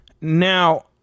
Now